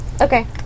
Okay